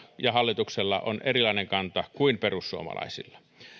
ja hallituksella on erilainen kanta kuin perussuomalaisilla